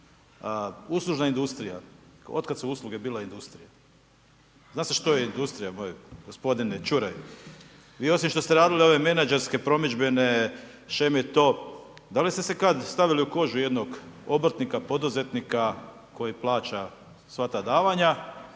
Uslužna industrija. Od kada su usluge bila industrija? Zna se što je industrija moj gospodine Čuraj. Vi osim što ste radili ove menadžerske promidžbene sheme to, da li ste se kada stavili u kožu jednog obrtnika, poduzetnika koji plaća sva ta davanja?